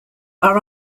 are